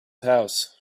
house